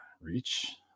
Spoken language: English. reach